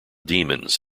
demons